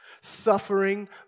suffering